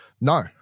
No